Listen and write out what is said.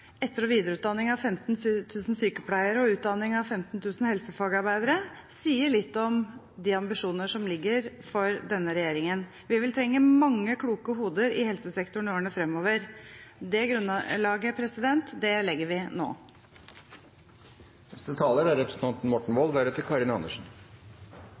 etter- og videreutdanning av 15 000 sykepleiere og utdanning av 15 000 helsefagarbeidere sier litt om de ambisjoner som ligger for denne regjeringen. Vi vil trenge mange kloke hoder i helsesektoren i årene fremover. Det grunnlaget legger vi nå. Det er